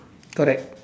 correct